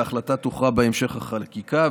וההחלטה תוכרע בהמשך החקיקה,